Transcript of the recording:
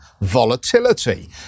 volatility